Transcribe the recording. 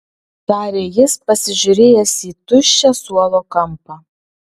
tarė jis pasižiūrėjęs į tuščią suolo kampą